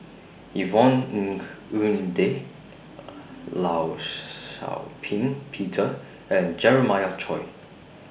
Yvonne Ng Uhde law Shau Ping Peter and Jeremiah Choy